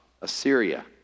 Assyria